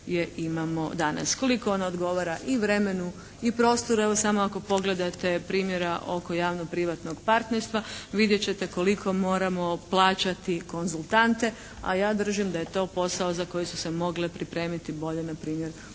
je imamo danas. Koliko ona odgovara i vremenu i prostoru. Evo, samo ako pogledate primjera oko javnog privatnog partnerstva, vidjet ćete koliko moramo plaćati konzultante. A ja držim da je to posao za koji su se mogle pripremiti bolje npr.